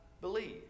believe